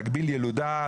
להגביל ילודה,